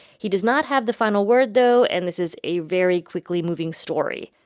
he does not have the final word, though, and this is a very quickly moving story.